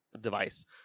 device